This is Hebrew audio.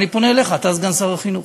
ואני פונה אליך, אתה סגן שר החינוך,